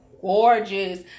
gorgeous